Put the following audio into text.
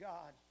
God